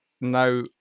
now